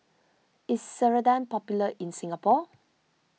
is Ceradan popular in Singapore